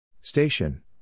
Station